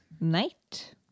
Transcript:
night